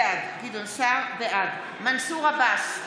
בעד מנסור עבאס,